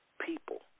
people